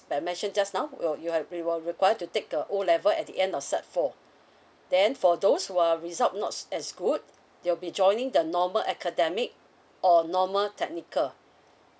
that I mentioned just now will will you will require to take the O level at the end of sec four then for those who are result not as good they will be joining the normal academic or normal technical